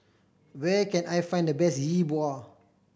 where can I find the best Yi Bua